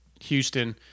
Houston